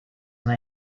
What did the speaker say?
than